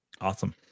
Awesome